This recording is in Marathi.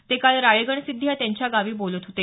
ते काल राळेगणसिद्धी या त्यांच्या गावी बोलत होते